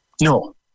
No